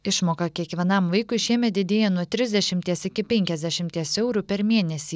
išmoka kiekvienam vaikui šiemet didėja nuo trisdešimties iki penkiasdešimties eurų per mėnesį